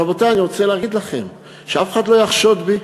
רבותי, אני רוצה להגיד לכם, שאף אחד לא יחשוד בי,